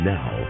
Now